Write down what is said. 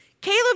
Caleb